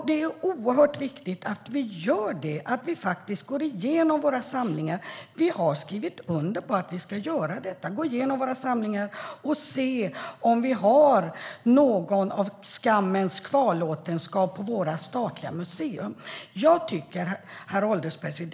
Det är oerhört viktigt att vi gör det och att vi faktiskt går igenom våra samlingar. Vi har skrivit under på att vi ska gå igenom våra samlingar för att se om vi har något av skammens kvarlåtenskap på våra statliga museer. Herr ålderspresident!